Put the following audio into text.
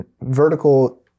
vertical